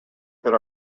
that